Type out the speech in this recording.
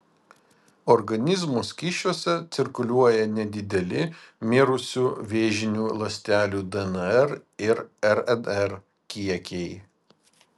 organizmo skysčiuose cirkuliuoja nedideli mirusių vėžinių ląstelių dnr ir rnr kiekiai